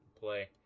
play